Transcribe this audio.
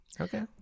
Okay